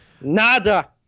Nada